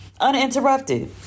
Uninterrupted